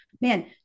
man